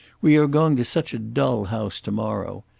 we are going to such a dull house to-morrow!